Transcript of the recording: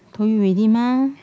told you already mah